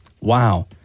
Wow